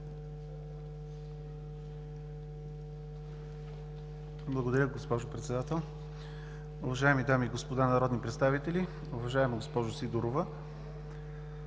Благодаря Ви, госпожо Председател. Уважаеми дами и господа народни представители! Уважаема госпожо Сидорова,